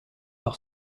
par